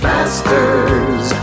Masters